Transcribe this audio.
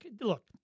Look